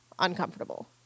uncomfortable